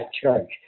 church